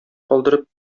калдырып